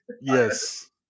Yes